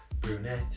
brunette